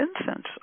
incense